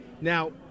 Now